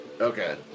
Okay